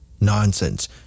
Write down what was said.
Nonsense